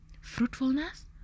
fruitfulness